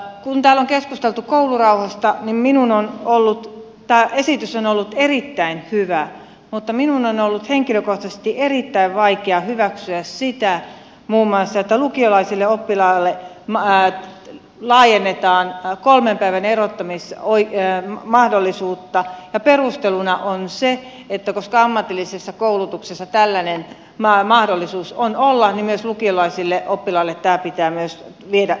kun täällä on keskusteltu koulurauhasta niin tämä esitys on ollut erittäin hyvä mutta minun on ollut henkilökohtaisesti erittäin vaikea hyväksyä muun muassa sitä että lukion oppilaiden kohdalla laajennetaan kolmen päivän erottamismahdollisuutta ja perusteluna on se että koska ammatillisessa koulutuksessa tällainen mahdollisuus on niin myös lukion oppilaiden kohdalla tämä pitää viedä eteenpäin